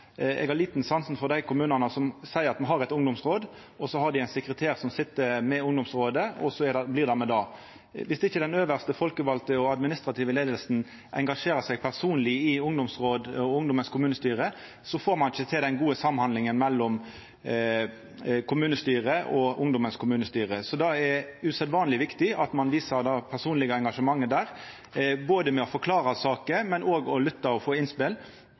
Eg har liten sans for dei kommunane som seier at dei har eit ungdomsråd, og har ein sekretær som sit saman med ungdomsrådet, og så blir det med det. Viss ikkje den øvste folkevalde og administrative leiinga engasjerer seg personleg i ungdomsråd og ungdommens kommunestyre, får ein ikkje til den gode samhandlinga mellom kommunestyret og ungdommens kommunestyre. Så det er usedvanleg viktig at ein viser eit personleg engasjement der, både ved å forklara saker og ved å lytta og få innspel.